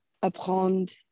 apprendre